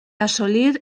assolir